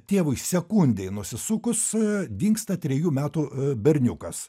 tėvui sekundei nusisukus dingsta trejų metų berniukas